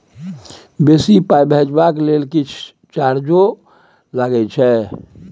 बेसी पाई भेजबाक लेल किछ चार्जो लागे छै?